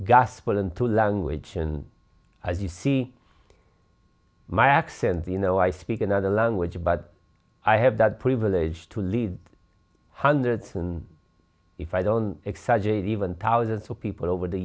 gospel into language and as you see my accent you know i speak another language but i have that privilege to lead hundreds and if i don't exaggerate even thousands of people over the